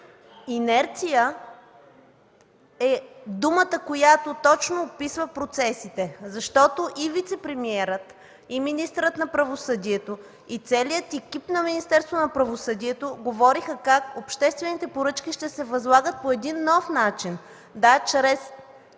Инерция е думата, която точно описва процесите, защото и вицепремиерът, и министърът на правосъдието, и целият екип на Министерството на правосъдието говореха как обществените поръчки ще се възлагат по един нов начин – да, чрез